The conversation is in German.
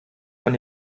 von